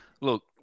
Look